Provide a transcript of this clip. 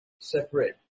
separate